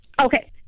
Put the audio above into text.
okay